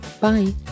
Bye